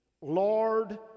Lord